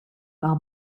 par